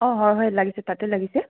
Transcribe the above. অ হয় হয় লাগিছে তাতে লাগিছে